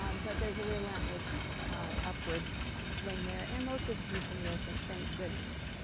um but there's a relentless upward swing there. and most of the heat is in the ocean, thank goodness.